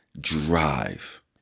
drive